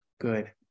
good